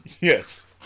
Yes